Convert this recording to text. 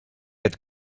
had